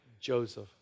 Joseph